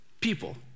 people